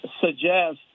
suggest